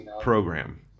program